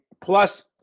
plus